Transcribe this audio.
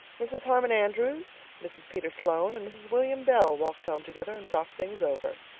mrs. harmon andrews, mrs. peter sloane, and mrs. william bell walked home together and talked things over.